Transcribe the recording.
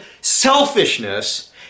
selfishness